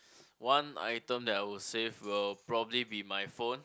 one item that I'll save will probably be my phone